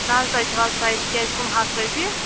نہٕ حظ تُہے چھَو حظ پاے أسۍ کیازِ کُن ہتہِ رۄپیہ